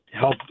help